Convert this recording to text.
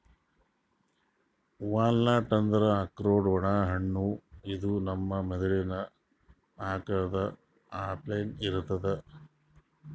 walnut ಅಂದ್ರ ಆಕ್ರೋಟ್ ಒಣ ಹಣ್ಣ ಇದು ನಮ್ ಮೆದಳಿನ್ ಆಕಾರದ್ ಅಪ್ಲೆ ಇರ್ತದ್